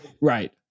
Right